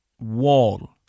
wall